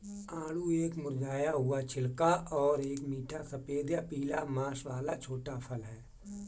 आड़ू एक मुरझाया हुआ छिलका और एक मीठा सफेद या पीला मांस वाला छोटा फल है